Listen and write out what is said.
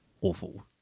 awful